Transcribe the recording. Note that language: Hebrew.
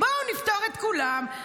בואו נפטור את כולם.